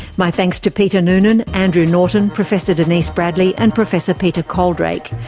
my thanks to peter noonan, andrew norton, professor denise bradley, and professor peter coaldrake.